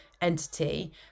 entity